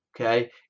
Okay